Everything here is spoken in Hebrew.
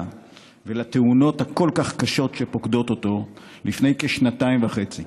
ולתאונות הכל-כך קשות שפוקדות אותו לפני כשנתיים וחצי.